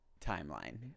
timeline